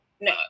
no